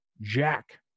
Jack